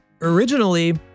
Originally